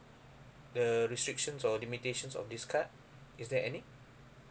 the restrictions or limitations of this card is there any